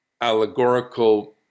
allegorical